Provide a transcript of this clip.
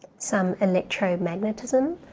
some electromagnetism